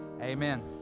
Amen